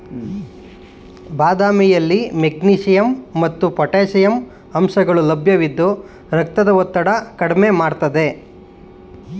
ಬಾದಾಮಿಯಲ್ಲಿ ಮೆಗ್ನೀಷಿಯಂ ಮತ್ತು ಪೊಟ್ಯಾಷಿಯಂ ಅಂಶಗಳು ಲಭ್ಯವಿದ್ದು ರಕ್ತದ ಒತ್ತಡ ಕಡ್ಮೆ ಮಾಡ್ತದೆ